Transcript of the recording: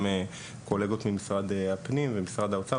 גם קולגות ממשרד הפנים ומשרד האוצר,